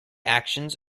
actions